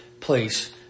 place